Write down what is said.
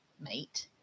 mate